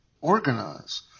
organize